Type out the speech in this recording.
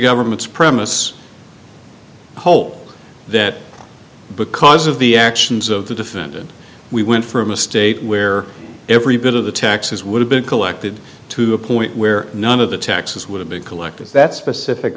government's premise hole that because of the actions of the defendant we went from a state where every bit of the taxes would have been collected to a point where none of the taxes would have been collected that specific